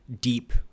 deep